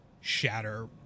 shatter